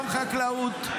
גם חקלאות.